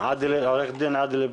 עאדל,